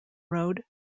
road